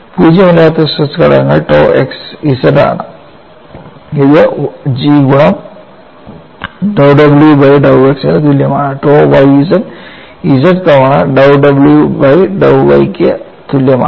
പൂജ്യമല്ലാത്ത സ്ട്രെസ് ഘടകങ്ങൾ tau xz ആണ് ഇത് G ഗുണം dou w by dou x തുല്യമാണ് tau yz z തവണ dou w by dou y യ്ക്ക് തുല്യമാണ്